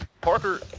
Parker